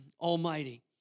Almighty